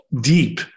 deep